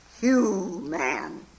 Human